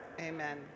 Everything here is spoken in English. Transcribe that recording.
Amen